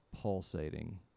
pulsating